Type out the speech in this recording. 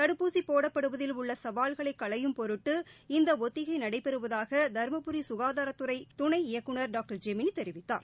தடுப்பூசி போடப்படுவதில் உள்ள சவால்களை களையும் பொருட்டு இந்த ஒத்திகை நடைபெறுவதாக தருமபுரி சுகாதாரத்துறை துணை இயக்குநர் டாக்டர் ஜெமினி தெரிவித்தார்